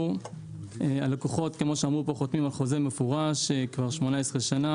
הלקוחות חותמים על חוזה מפורש כבר 18 שנה,